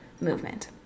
movement